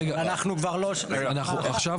רגע, עכשיו